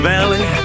Valley